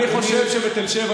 אני חושב שבתל שבע,